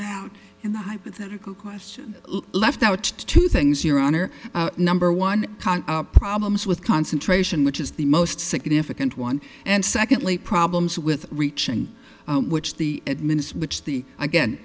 out in the hypothetical question left out two things your honor number one problems with concentration which is the most significant one and secondly problems with reaching which the admin is which the again